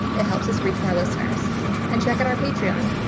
it helps us reach more listeners and check out our patreon,